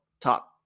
top